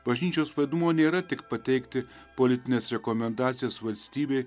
bažnyčios vaidmuo nėra tik pateikti politines rekomendacijas valstybei